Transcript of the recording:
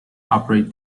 operate